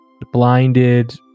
blinded